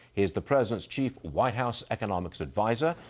he's the president's chief white house economics adviser.